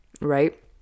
right